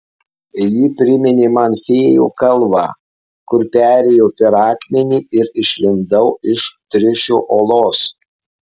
ji priminė man fėjų kalvą kur perėjau per akmenį ir išlindau iš triušio olos